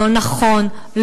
לא נכון,